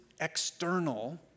external